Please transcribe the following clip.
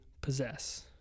possess